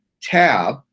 tab